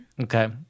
Okay